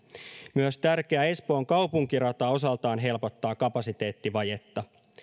myös tärkeä espoon kaupunkirata osaltaan helpottaa kapasiteettivajetta